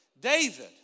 David